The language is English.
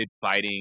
fighting